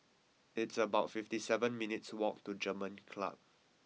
it's about fifty seven minutes' walk to German Club